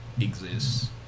exists